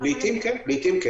לעתים כן.